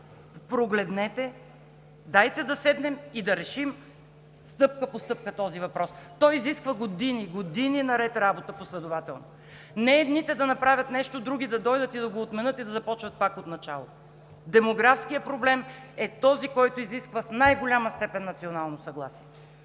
Прогледнете! Дайте да седнем и да решим стъпка по стъпка този въпрос. Той изисква години, години наред последователна работа, а не едните да направят нещо, други да дойдат да го отменят и да започнат пак отначало. Демографският проблем е този, който изисква в най-голяма степен национално съгласие.